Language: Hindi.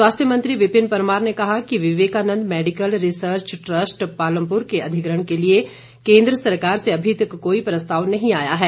स्वास्थ्य मंत्री विपिन परमार ने कहा कि Vivekanand medical research trust Palampur के अधिग्रहण के लिए केंद्र सरकार से अभी तक कोई प्रस्ताव नहीं आया है